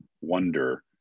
wonder